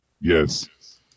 Yes